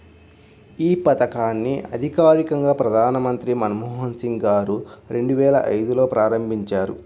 యీ పథకాన్ని అధికారికంగా ప్రధానమంత్రి మన్మోహన్ సింగ్ గారు రెండువేల ఐదులో ప్రారంభించారు